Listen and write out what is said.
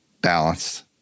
balanced